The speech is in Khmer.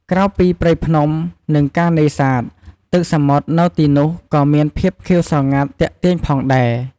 ក្រៅពីព្រៃភ្នំ និងការនេសាទ ទឹកសមុទ្រនៅទីនោះក៏មានភាពខៀវស្រងាត់ទាក់ទាញផងដែរ។